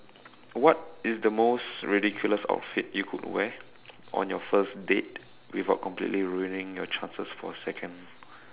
what is the most ridiculous outfit you could wear on your first date without completely ruining your chances for second